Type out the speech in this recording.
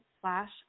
slash